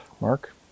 Mark